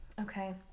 Okay